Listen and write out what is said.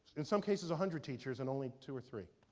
in some cases a hundred teachers and only two or three.